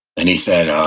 and he said, ah,